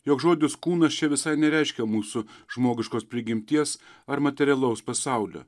jog žodis kūnas čia visai nereiškia mūsų žmogiškos prigimties ar materialaus pasaulio